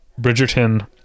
bridgerton